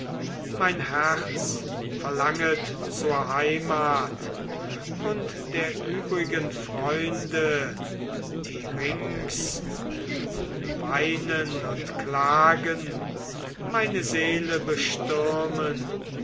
mein herz verlanget zur heimat und der übrigen freunde die rings mit weinen und klagen meine seele bestürmen